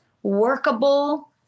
workable